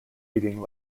reading